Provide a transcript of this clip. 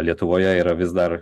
lietuvoje yra vis dar